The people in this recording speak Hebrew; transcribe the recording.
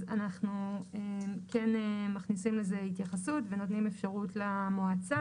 אז אנחנו כן מכניסים לזה התייחסות ונותנים אפשרות למועצה,